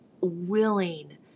willing